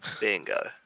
Bingo